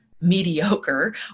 mediocre